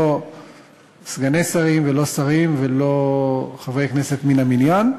לא סגני שרים ולא שרים ולא חברי כנסת מן המניין.